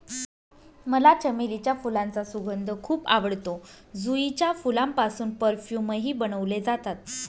मला चमेलीच्या फुलांचा सुगंध खूप आवडतो, जुईच्या फुलांपासून परफ्यूमही बनवले जातात